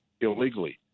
illegally